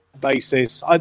basis